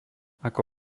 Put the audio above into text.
ako